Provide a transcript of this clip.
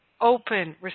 open